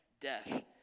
Death